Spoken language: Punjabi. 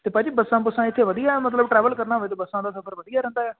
ਅਤੇ ਭਾਅ ਜੀ ਬੱਸਾਂ ਬੁੱਸਾਂ ਇੱਥੇ ਵਧੀਆ ਮਤਲਬ ਟਰੈਵਲ ਕਰਨਾ ਹੋਵੇ ਤਾਂ ਬੱਸਾਂ ਦਾ ਸਫ਼ਰ ਵਧੀਆ ਰਹਿੰਦਾ ਆ